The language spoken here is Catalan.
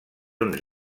uns